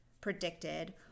predicted